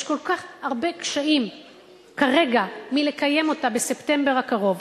יש כל כך הרבה קשיים כרגע מלקיים אותה בספטמבר הקרוב,